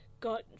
got